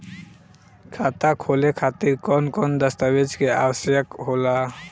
खाता खोले खातिर कौन कौन दस्तावेज के आवश्यक होला?